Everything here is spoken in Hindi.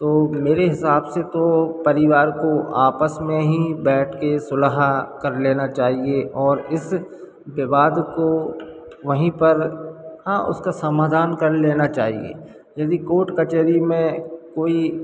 तो मेरे हिसाब से तो परिवार को आपस में ही बैठ कर सुलह कर लेना चाहिए और इस विवाद को वहीं पर हाँ उसका समाधान कर लेना चाहिए यदि कोर्ट कचहरी में कोई